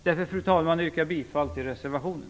Därför, fru talman, yrkar jag bifall till reservationen.